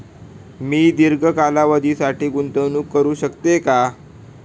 मी दीर्घ कालावधीसाठी गुंतवणूक करू शकते का?